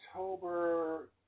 October